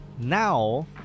Now